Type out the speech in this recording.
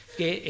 que